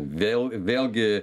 vėl vėlgi